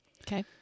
Okay